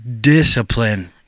Discipline